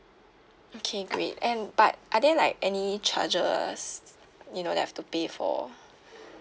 okay great and but are there like any charges you know that I have to pay for